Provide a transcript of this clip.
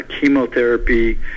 chemotherapy